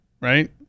right